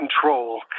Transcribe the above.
control